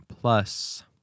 plus